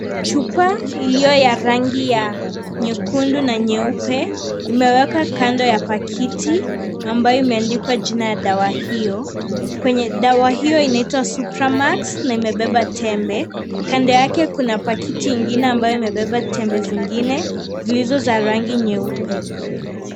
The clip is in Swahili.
Chupa iliyo ya rangi ya nyeundu na nyeupe imewekwa kando ya pakiti ambayo imeandikwa jina ya dawa hiyo, kwenye dawa hio inaiwa Supramax na imebeba tembe kando yake kuna pakiti ingine ambayo imebeba tembe zingine zilizo za rangi nyupe.